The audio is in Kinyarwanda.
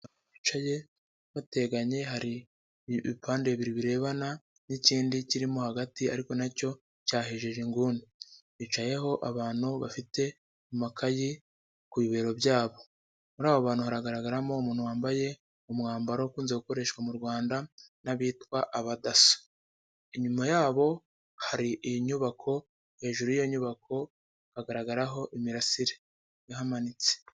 Bicaye bateganye hari ibipande bibiri birebana